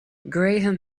graham